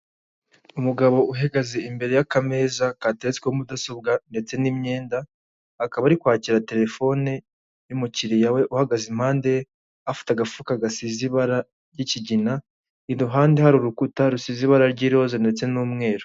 Umugabo uhagaze imbere y'akameza kateretsweho mudasobwa ndetse n'imyenda akaba ari kwakira telefone y'umukiriya we uhagaze impande afite agafuka gasize ibara ry'ikigina iruhande hari urukuta rusize ibara ry'iroze ndetse n'umweru.